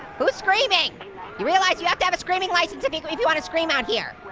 who's screaming? you realize you have to have a screaming license if if you wanna scream out here.